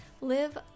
live